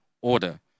order